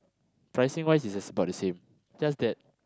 pricing wise is about the same just that